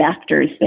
actors